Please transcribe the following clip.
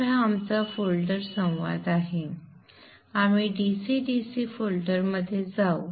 तर हा आमचा फोल्डर संवाद आहे आम्ही DC Dc फोल्डरमध्ये जाऊ